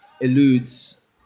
eludes